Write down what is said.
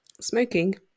smoking